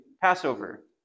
Passover